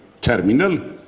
terminal